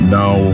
now